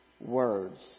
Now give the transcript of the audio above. words